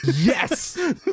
Yes